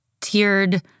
tiered